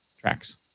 Tracks